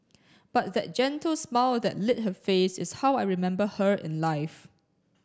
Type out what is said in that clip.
but that gentle smile that lit her face is how I remember her in life